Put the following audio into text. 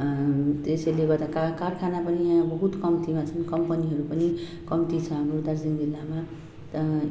त्यसैले गर्दा का कारखाना पनि यहाँ बहुत कम्तीमा छन् कम्पनीहरू पनि कम्ती छ हाम्रो दार्जिलिङ जिल्लामा